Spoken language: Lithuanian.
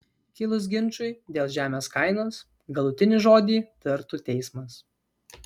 kilus ginčui dėl žemės kainos galutinį žodį tartų teismas